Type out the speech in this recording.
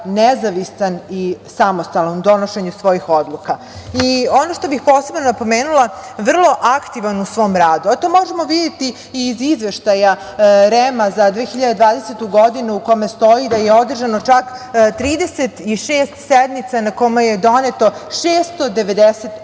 nezavistan i samostalan u donošenju svojih odluka. Ono što bih posebno napomenula, vrlo aktivan u svome radu. To možemo videti iz Izveštaja REM-a za 2020. godinu u kome stoji da je održano čak 36 sednica na kojima je doneto 690 odluka.